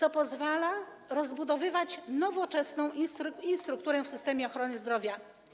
To pozwala rozbudowywać nowoczesną infrastrukturę w systemie ochrony zdrowia.